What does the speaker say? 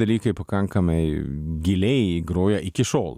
dalykai pakankamai giliai groja iki šiol